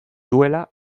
duela